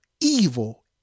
evil